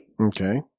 Okay